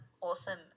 awesome